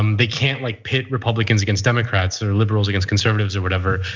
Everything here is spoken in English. um they can't like pit republicans against democrats or liberals against conservatives or whatever.